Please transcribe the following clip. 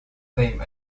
fame